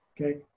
Okay